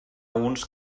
uns